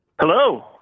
Hello